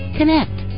Connect